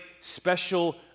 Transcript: special